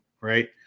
right